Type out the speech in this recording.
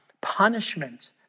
punishment